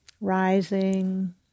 rising